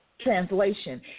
Translation